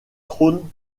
trône